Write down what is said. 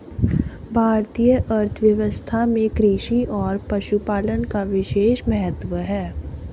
भारतीय अर्थव्यवस्था में कृषि और पशुपालन का विशेष महत्त्व है